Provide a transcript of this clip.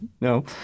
No